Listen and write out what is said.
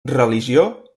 religió